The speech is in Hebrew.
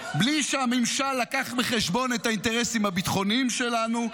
בלי שהממשל לקח בחשבון את האינטרסים הביטחוניים שלנו.